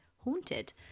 haunted